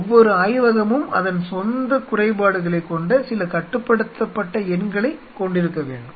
ஒவ்வொரு ஆய்வகமும் அதன் சொந்த குறைபாடுகளைக் கொண்ட சில கட்டுப்படுத்தப்பட்ட எண்களைக் கொண்டிருக்க வேண்டும்